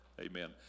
amen